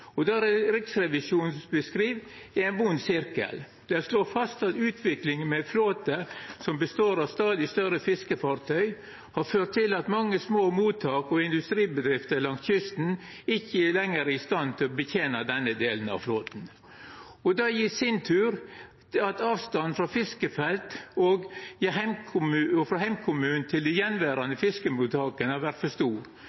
beskriv ein vond sirkel. Ein slår fast at utviklinga med flåtar som har stadig større fiskefartøy, har ført til at mange små mottak og industribedrifter langs kysten ikkje lenger er i stand til å betena denne delen av flåten. Det i sin tur gjer at avstanden frå fiskefelt og frå heimkommunen til dei